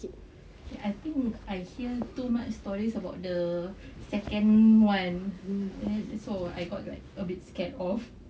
okay I think I hear too much stories about the second [one] so I got like a bit scared of